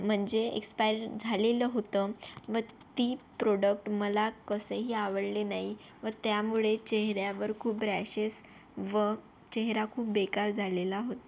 म्हणजे एक्स्पायर झालेलं होतं व ती प्रोडक्ट मला कसंही आवडले नाही व त्यामुळे चेहऱ्यावर खूप रॅशेस व चेहरा खूप बेकार झालेला होता